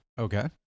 Okay